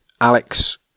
Alex